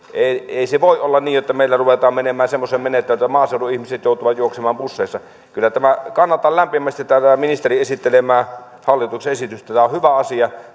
ei se voi olla niin että meillä ruvetaan menemään semmoiseen menettelyyn että maaseudun ihmiset joutuvat juoksemaan busseissa kyllä kannatan lämpimästi tätä ministerin esittelemää hallituksen esitystä tämä on hyvä asia